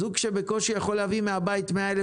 זוג שבקושי יכול להביא מהבית 100,000